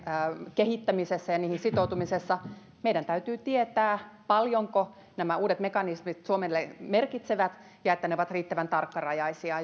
kehittämisessä ja niihin sitoutumisessa meidän täytyy tietää paljonko nämä uudet mekanismit suomelle merkitsevät ja että ne ovat riittävän tarkkarajaisia